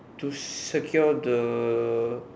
to secure the